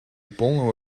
полного